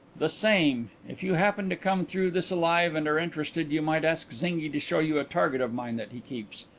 the same. if you happen to come through this alive and are interested you might ask zinghi to show you a target of mine that he keeps.